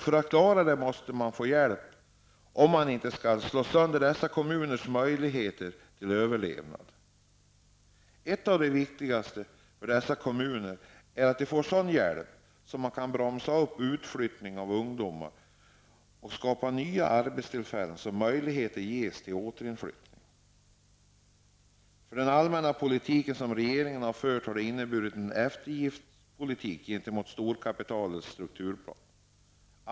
För att klara detta måste de få hjälp om inte dessa kommuners möjligheter till överlevnad skall slås sönder. Bland det viktigaste för dessa kommuner är att de får sådan hjälp att de kan bromsa upp utflyttningen av ungdomar och skapa nya arbetstillfällen så att möjligheter ges till återinflyttning. Den allmänna politik som regeringen har fört har varit en eftergiftspolitik gentemot storkapitalets strukturplaner.